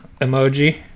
emoji